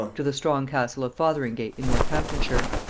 to the strong castle of fotheringay in northamptonshire.